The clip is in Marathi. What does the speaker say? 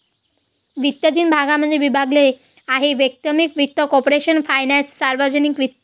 वित्त तीन भागांमध्ये विभागले गेले आहेः वैयक्तिक वित्त, कॉर्पोरेशन फायनान्स, सार्वजनिक वित्त